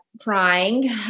crying